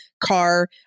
car